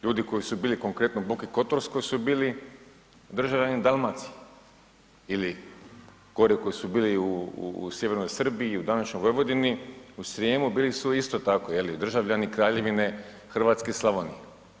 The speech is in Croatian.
Ljudi koji su bili u Boki Kotorskoj su bili državljani Dalmacije ili gore koji su bili u sjevernoj Srbiji, u današnjoj Vojvodini, Srijemu, bili su isto tako je li, državljani Kraljevine Hrvatske i Slavonije.